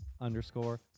underscore